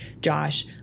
Josh